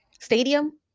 Stadium